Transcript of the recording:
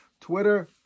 Twitter